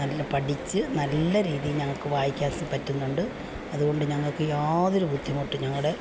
നല്ല പഠിച്ച് നല്ല രീതിയിൽ ഞങ്ങൾക്ക് വായിക്കാൻ പറ്റുന്നുണ്ട് അതുകൊണ്ട് ഞങ്ങൾക്ക് യാതൊരു ബുദ്ധിമുട്ടും ഞങ്ങളുടെ